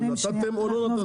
נתתם או לא נתתם?